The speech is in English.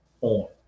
on